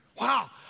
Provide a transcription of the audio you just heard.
Wow